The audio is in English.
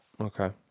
Okay